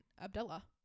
abdullah